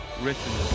written